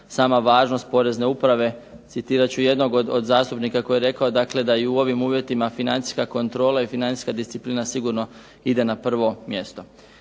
sama važnost Porezne uprave. Citirat ću jednog od zastupnika koji je rekao da "u ovim uvjetima financijska kontrola i financijska disciplina sigurno ide na prvo mjesto".